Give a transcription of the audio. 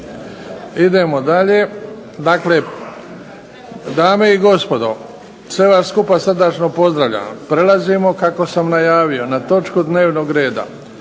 Idemo dalje. Dame i gospodo, sve vas skupa srdačno pozdravljam. Prelazimo kako sam najavio na točku dnevnog reda